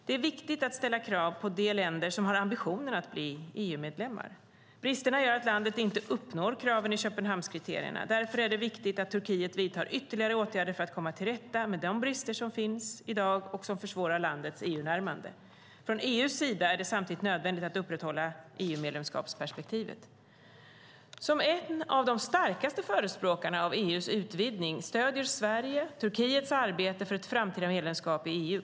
Det är viktigt att ställa krav på de länder som har ambitionen att bli EU-medlemmar. Bristerna gör att landet inte uppfyller kraven i Köpenhamnskriterierna. Därför är det viktigt att Turkiet vidtar ytterligare åtgärder för att komma till rätta med de brister som i dag finns och som försvårar landets EU-närmande. Från EU:s sida är det samtidigt nödvändigt att upprätthålla EU-medlemskapsperspektivet. Som en av de starkaste förespråkarna för EU:s utvidgning stöder Sverige Turkiets arbete för ett framtida medlemskap i EU.